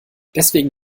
deswegen